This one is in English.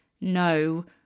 no